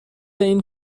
این